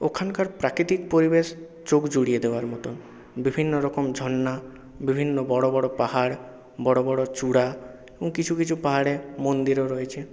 ওখানকার প্রাকৃতিক পরিবেশ চোখ জুড়িয়ে দেওয়ার মতন বিভিন্নরকম ঝরনা বিভিন্ন বড়ো বড়ো পাহাড় বড়ো বড়ো চূড়া কিছু কিছু পাহাড়ে মন্দিরও রয়েছে